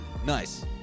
Nice